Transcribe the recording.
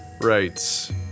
writes